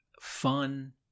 fun